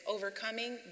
Overcoming